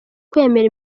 kwemera